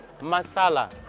masala